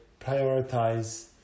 prioritize